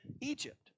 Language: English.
Egypt